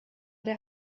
der